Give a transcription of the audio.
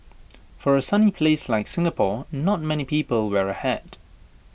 for A sunny place like Singapore not many people wear A hat